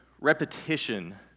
repetition